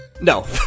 No